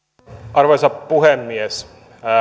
arvoisa puhemies